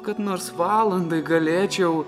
kad nors valandai galėčiau